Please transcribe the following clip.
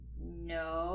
No